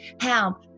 help